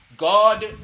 God